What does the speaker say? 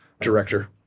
director